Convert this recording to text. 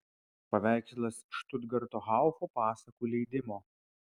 paveikslas štutgarto haufo pasakų leidimo